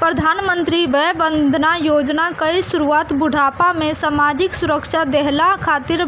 प्रधानमंत्री वय वंदना योजना कअ शुरुआत बुढ़ापा में सामाजिक सुरक्षा देहला खातिर